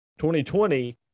2020